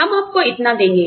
हम आपको इतना देंगे